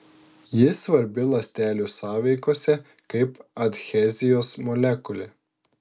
ji svarbi ląstelių sąveikose kaip adhezijos molekulė